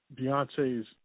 Beyonce's